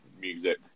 music